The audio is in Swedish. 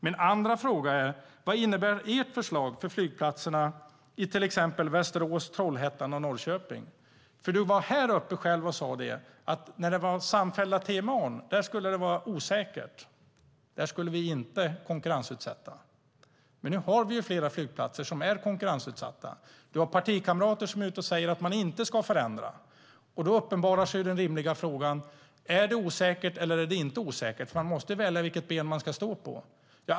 Min andra fråga är: Vad innebär ert förslag för flygplatserna i till exempel Västerås, Trollhättan och Norrköping? Du var själv uppe här och sade att när det var samfällda TMA skulle det vara osäkert. Där skulle vi inte konkurrensutsätta. Nu har vi flera flygplatser som är konkurrensutsatta. Du har partikamrater som är ute och säger att ni inte ska förändra. Då uppenbarar sig den rimliga frågan: Är det osäkert eller är det inte osäkert? Man måste välja vilket ben man ska stå på.